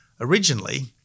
originally